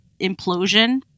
implosion